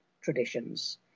traditions